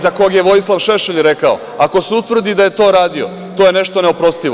Za kog je Vojislav Šešelj rekao – ako se utvrdi da je to radio, to je nešto neoprostivo.